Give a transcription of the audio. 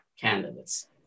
candidates